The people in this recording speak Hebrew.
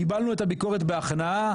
קיבלנו את הביקורת בהכנעה,